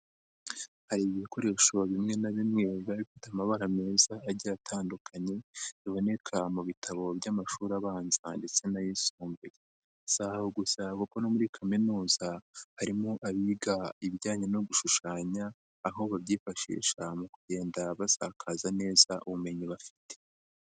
Hari bikoresho bimwe na bimwe bibafite amabara meza agira atandukanye biboneka mu bitabo by'amashuri abanza ndetse n'ayisumbuye, si aho gusa kuko no muri kaminuza harimo abiga ibijyanye no gushushanya, aho babyifashisha mu kugenda basakaza neza ubumenyi bafite.